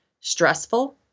stressful